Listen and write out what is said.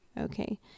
Okay